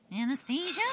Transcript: Anastasia